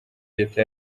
leta